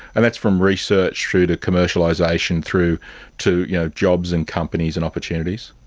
and that's from research through to commercialisation through to you know jobs and companies and opportunities.